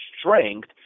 strength